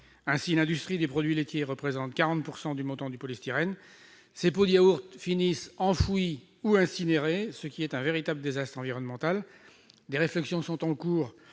Ainsi, l'industrie des produits laitiers représente 40 % du montant du polystyrène. Ces pots de yaourt finissent enfouis ou incinérés, ce qui est un véritable désastre environnemental. Des réflexions sont en cours,